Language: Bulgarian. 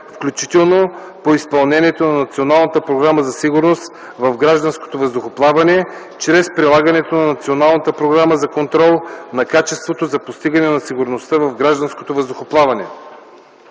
„включително по изпълнението на Националната програма за сигурност в гражданското въздухоплаване, чрез прилагането на Националната програма за контрол на качеството за постигане на сигурността в гражданското въздухоплаване”.